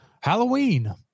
Halloween